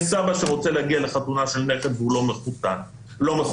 יש סבא שרוצה להגיע לחתונה של נכד והוא לא מחוסן מסיבותיו,